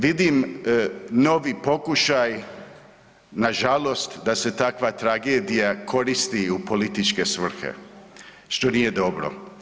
Vidim novi pokušaj nažalost da se takva tragedija koristi u političke svrhe, što nije dobro.